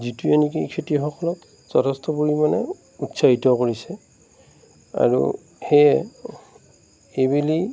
যিটোৱে নেকি খেতিয়কসকলক যথেষ্ট পৰিমাণে উৎসাহিত কৰিছে আৰু সেয়ে এইবেলি